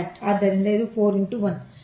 ಆದ್ದರಿಂದ ಇದು 4 x 1